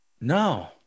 No